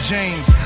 James